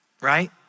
right